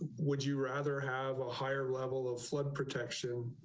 would you rather have a higher level of flood protection,